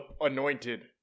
anointed